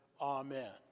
amen